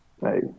Hey